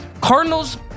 Cardinals